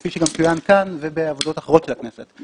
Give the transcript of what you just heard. כפי שגם צוין כאן ובעבודות אחרות של הכנסת.